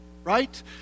Right